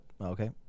Okay